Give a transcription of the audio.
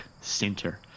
center